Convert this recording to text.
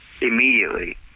immediately